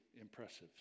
impressive